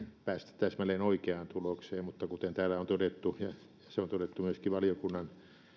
päästä täsmälleen oikeaan tulokseen mutta kuten täällä on todettu ja se on todettu myöskin valiokunnan